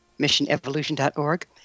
missionevolution.org